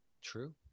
True